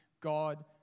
God